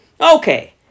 Okay